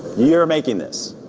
you are making this.